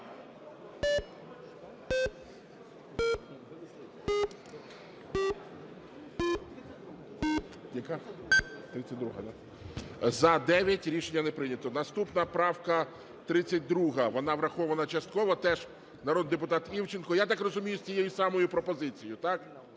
За-9 Рішення не прийнято. Наступна правка - 32-а. Вона врахована частково. Теж народний депутат Івченко. Я так розумію, з тією самою пропозицією. Так?